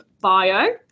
bio